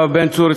יואב בן צור,